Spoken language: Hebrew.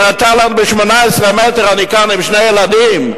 היא הראתה לנו: ב-18 מטר אני כאן עם שני ילדים.